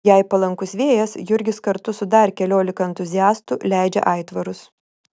jei palankus vėjas jurgis kartu su dar keliolika entuziastų leidžia aitvarus